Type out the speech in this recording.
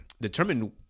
determine